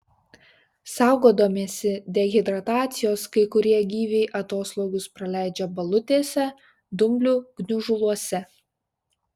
saugodamiesi dehidracijos kai kurie gyviai atoslūgius praleidžia balutėse dumblių gniužuluose